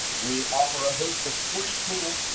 we offer a host of free tools,